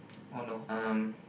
oh no um